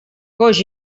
coix